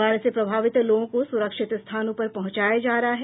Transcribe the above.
बाढ़ से प्रभावित लोगों को सुरक्षित स्थानों पर पहुंचाया जा रहा है